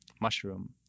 mushroom